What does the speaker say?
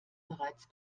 bereits